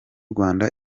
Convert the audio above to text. rwanda